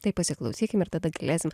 tai pasiklausykim ir tada galėsim